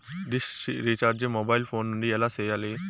dish recharge mobile phone నుండి ఎలా సేయాలి